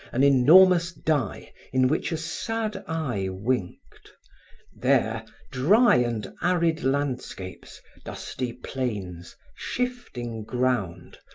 an enormous die in which a sad eye winked there, dry and arid landscapes, dusty plains, shifting ground,